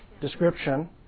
description